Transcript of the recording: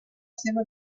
seva